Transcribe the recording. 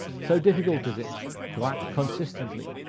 so difficult is it to act consistently,